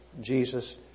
Jesus